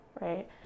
Right